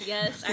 Yes